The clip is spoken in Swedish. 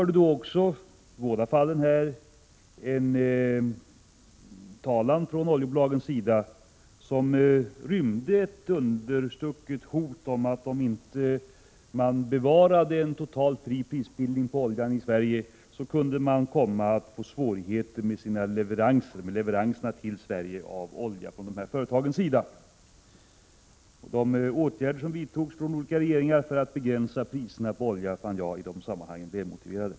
Det fanns hos oljebolag ett understucket hot om, att om vi i Sverige inte accepterade en helt fri prisbildning på olja, kunde företagen få svårigheter med sina leveranser till Sverige. De åtgärder som vidtogs från olika regeringar för att begränsa priserna på olja i de sammanhangen finner jag alltjämt välmotiverade.